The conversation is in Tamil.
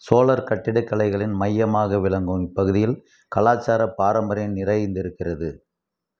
சோழர் கட்டிடக்கலைகளின் மையமாக விளங்கும் இப்பகுதியில் கலாச்சார பாரம்பரியம் நிறைந்திருக்கிறது